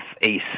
Ace